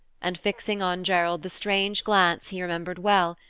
and fixing on gerald the strange glance he remembered well,